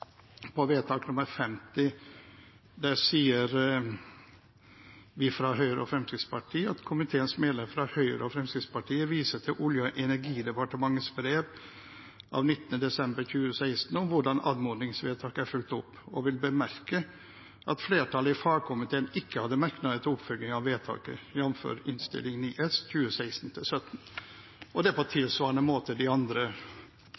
på vedtak nr. 50 sier vi fra Høyre og Fremskrittspartiet: «Komiteens medlemmer fra Høyre og Fremskrittspartiet viser til Olje- og energidepartementets brev av 19. desember 2016 om hvordan anmodningsvedtaket er fulgt opp, og vil bemerke at flertallet i fagkomiteen ikke hadde merknader til oppfølgingen av vedtaket, jf. Innst. 9 S De andre særmerknadene fra oss var på